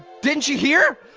didn't you hear?